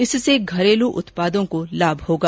इससे घरेलू उत्पादों को लाभ होगा